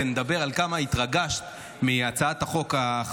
בין לדבר על כמה התרגשת מהצעת החוק שלך,